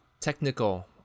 technical